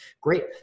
Great